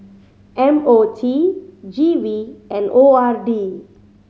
M O T G V and O R D